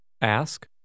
Ask